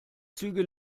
züge